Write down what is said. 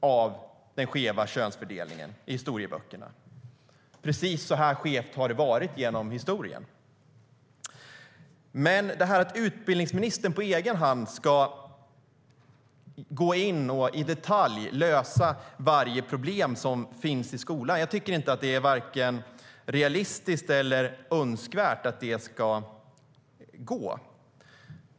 av den skeva könsfördelningen i historieböckerna: Precis så här skevt har det varit genom historien. Men att utbildningsministern på egen hand ska gå in och i detalj lösa varje problem som finns i skolan tycker jag inte är vare sig realistiskt eller önskvärt.